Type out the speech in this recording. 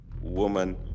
woman